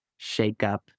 shakeup